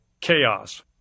chaos